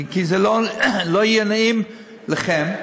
כי זה לא יהיה נעים לכם.